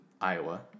Iowa